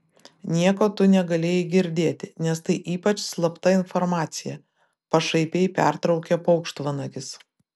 nieko tu negalėjai girdėti nes tai ypač slapta informacija pašaipiai pertraukė paukštvanagis